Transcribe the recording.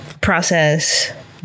process